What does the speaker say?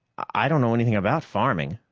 i don't know anything about farming,